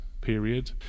period